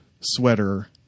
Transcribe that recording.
sweater